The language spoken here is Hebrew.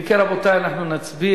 אם כן, רבותי, אנחנו נצביע.